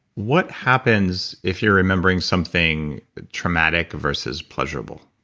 what happens if you are remembering something traumatic versus pleasurable?